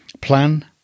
Plan